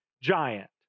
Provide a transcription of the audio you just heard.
giant